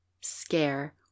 scare